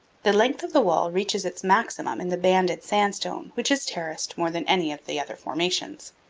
the length of the wall reaches its maximum in the banded sandstone, which is terraced more than any of the other formations.